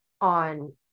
on